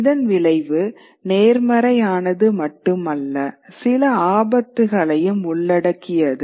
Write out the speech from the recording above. இதன் விளைவு நேர்மறையானது மட்டுமல்ல சில ஆபத்துகளையும் உள்ளடக்கியது